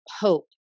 hope